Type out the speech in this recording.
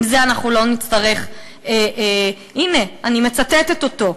עם זה אנחנו לא נצטרך, הנה, אני מצטטת אותו: